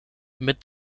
mit